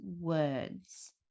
words